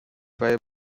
viable